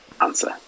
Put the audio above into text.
answer